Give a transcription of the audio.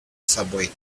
subway